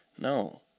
No